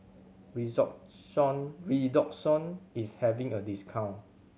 Redoxon is having a discount